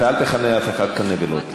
אתה אל תכנה אף אחד כאן "נבלות",